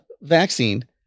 vaccine